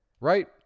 right